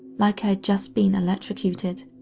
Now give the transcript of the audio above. like i had just been electrocuted.